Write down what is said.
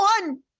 one